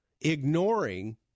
ignoring